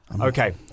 okay